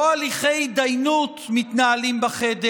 לא הליכי התדיינות מתנהלים בחדר,